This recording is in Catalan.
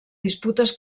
disputes